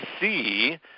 see